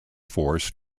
force